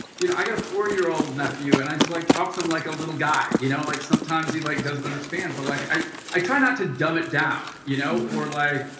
you know, i got a four year old nephew and i just like to talk to him like a little guy. you know, like sometimes he like doesn't understand but like, i i try not to dumb it down. you know. or like